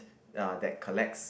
uh that collects